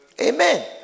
Amen